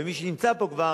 ומי שיימצא פה כבר,